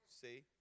See